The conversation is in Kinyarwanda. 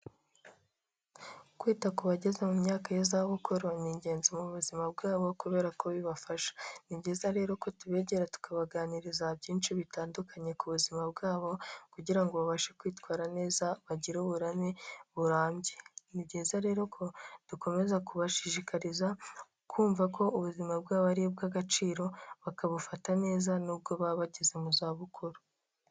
Kwita ku bageze mu myaka y'izabukuru, ni ingenzi mu buzima bwabo kubera ko bibafasha. Ni byiza rero ko tubegera tukabaganiriza byinshi bitandukanye, ku buzima bwabo kugira ngo babashe kwitwara neza bagire uburame burambye. Ni byiza rero ko dukomeza kubashishikariza kumva ko ubuzima bwabo ari ubw'agaciro, bakabufata neza nubwo baba bageze mu zabukuru.